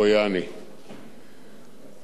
החצוף הזה שקרא לו "סוס טרויאני",